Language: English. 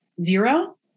zero